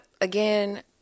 Again